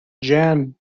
jan